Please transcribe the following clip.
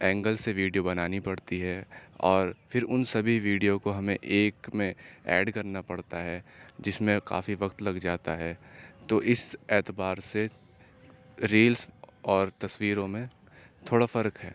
angle سے video بنانی پڑتی ہے اور پھر ان سبھی ویڈیو کو ہمیں ایک میں ایڈ کرنا پڑتا ہے جس میں کافی وقت لگ جاتا ہے تو اس اعتبار سے ریلس اور تصویروں میں تھوڑا فرق ہے